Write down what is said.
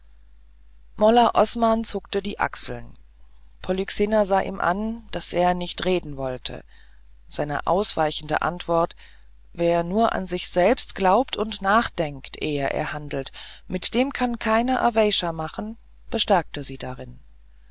molla osman zuckte die achseln polyxena sah ihm an daß er nicht reden wollte seine ausweichende antwort wer nur an sich selbst glaubt und nachdenkt ehe er handelt mit dem kann keiner aweysha machen bestärkte sie darin